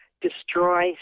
destroy